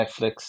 Netflix